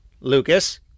Lucas